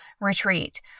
retreat